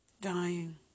dying